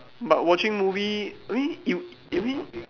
but watching movie I mean you you mean